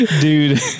Dude